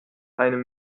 eine